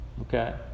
Okay